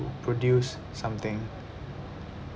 produce something